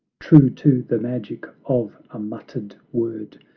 true to the magic of a muttered word,